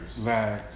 Right